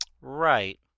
Right